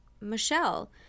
Michelle